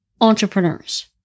entrepreneurs